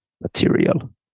material